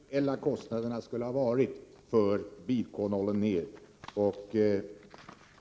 Fru talman! Jag lovar att ta reda på de eventuella kostnaderna för bilkolonnen.